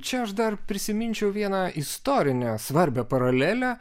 čia aš dar prisiminčiau vieną istorinę svarbią paralelę